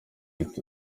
ati